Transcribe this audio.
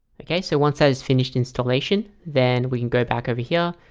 ok, so once that is finished installation then we can go back over here.